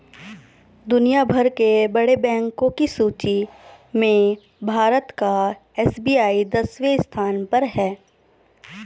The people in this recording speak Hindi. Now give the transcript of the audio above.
दुनिया भर के बड़े बैंको की सूची में भारत का एस.बी.आई दसवें स्थान पर है